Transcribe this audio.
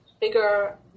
bigger